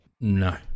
No